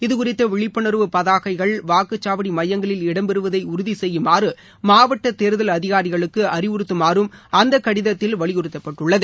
இது குறித்த விழிப்புணர்வு பதாகைகள் வாக்குச்சாவடி மையங்களில் இடம்பெறுவதை உறுதி செய்யுமாறு மாவட்ட தேர்தல் அதிகாிகளுக்கு அறிவுறுத்துமாறும் அந்த கடிதத்தில் வலியுறுத்தப்பட்டுள்ளது